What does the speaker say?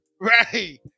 Right